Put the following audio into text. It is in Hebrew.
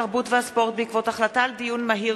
התרבות והספורט בעקבות דיון מהיר